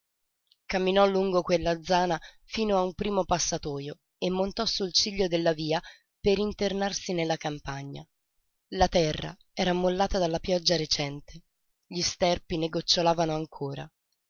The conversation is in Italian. camminò lungo quella zana fino a un primo passatojo e montò sul ciglio della via per internarsi nella campagna la terra era ammollata dalla pioggia recente gli sterpi ne gocciolavano ancora